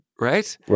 Right